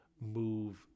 move